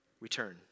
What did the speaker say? return